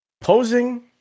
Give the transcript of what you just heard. Posing